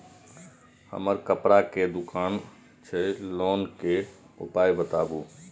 हमर कपड़ा के दुकान छै लोन के उपाय बताबू?